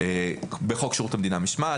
בחוק שירות המדינה (משמעת),